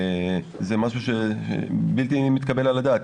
זה משהו בלתי מתקבל על הדעת.